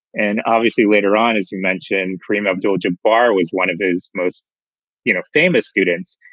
and obviously, later on, as you mentioned, kareem abdul jabbar was one of his most you know famous students.